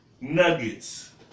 Nuggets